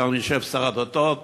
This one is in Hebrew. כאן יושב שר הדתות: